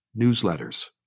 newsletters